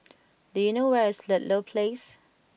do you know where is Ludlow Place